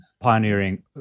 pioneering